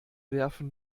werfen